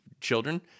children